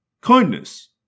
kindness